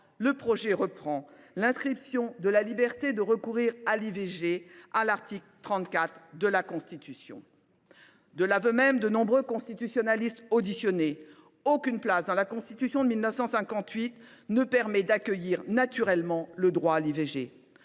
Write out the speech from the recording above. de loi reprend l’inscription de la liberté de recourir à l’IVG à l’article 34 de la Constitution. De l’aveu même des nombreux constitutionnalistes auditionnés, aucune place dans la Constitution de 1958 ne permet d’accueillir naturellement le droit à l’IVG.